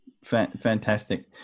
fantastic